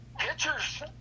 pitchers